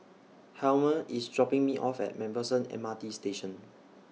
Hjalmer IS dropping Me off At MacPherson M R T Station